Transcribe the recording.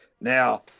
Now –